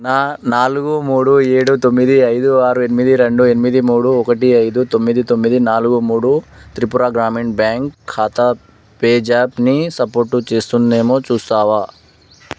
నా నాలుగు మూడు ఏడు తొమ్మిది ఐదు ఆరు ఎనిమిది రెండు ఎనిమిది మూడు ఒకటి ఐదు తొమ్మిది తొమ్మిది నాలుగు మూడు త్రిపుర గ్రామీణ బ్యాంక్ ఖాతా పేజాప్ని సపోర్టు చేస్తుందేమో చూస్తావా